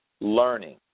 learning